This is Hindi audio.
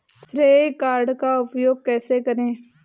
श्रेय कार्ड का उपयोग कैसे करें?